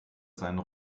seinen